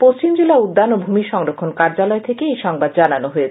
পশ্চিম জেলা উদ্যান ও ভূমি সংরক্ষণ কার্যালয় থেকে এই সংবাদ জানানো হয়েছে